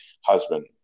husband